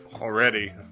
already